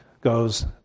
goes